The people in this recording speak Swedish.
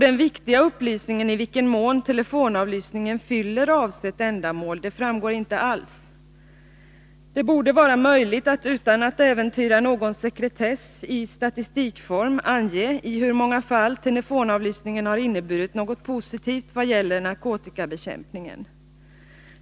Den viktiga upplysningen om i vilken mån telefonavlyssningen fyller avsett ändamål framgår inte alls. Det borde vara möjligt att, utan att äventyra någon sekretess, i statistikform ange i hur många fall telefonavlyssningen har inneburit något positivt när det gäller narkotikabekämpningen.